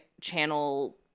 Channel